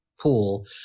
pool